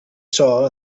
saw